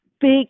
big